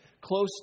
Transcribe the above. close